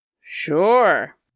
Sure